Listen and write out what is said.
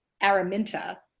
Araminta